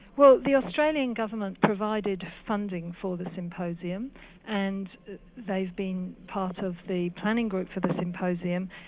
well the australian government provided funding for the symposium and they've been part of the planning group for the symposium,